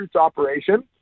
operation